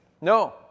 No